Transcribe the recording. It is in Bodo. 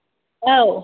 औ